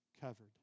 Covered